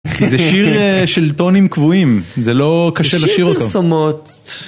זה שיר של טונים קבועים, זה לא קשה לשיר אותו.